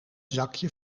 zakje